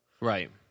Right